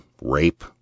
rape